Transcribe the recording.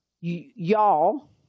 y'all